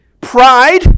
pride